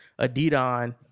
Adidon